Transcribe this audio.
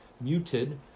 Muted